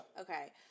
Okay